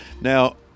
Now